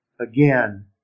again